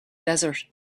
desert